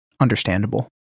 understandable